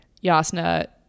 yasna